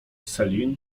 celine